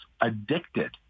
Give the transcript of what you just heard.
addicted